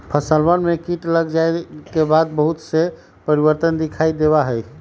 फसलवन में कीट लग जाये के बाद बहुत से परिवर्तन दिखाई देवा हई